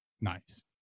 nice